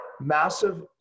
massive